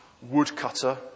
Woodcutter